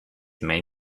main